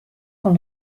con